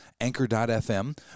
Anchor.fm